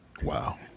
Wow